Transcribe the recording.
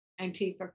Antifa